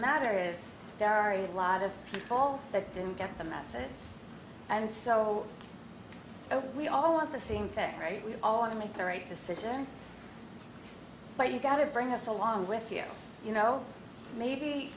matter is there are a lot of people that didn't get the message and so we all want the same thing right we all want to make the right decision but you've got to bring us along with you you know maybe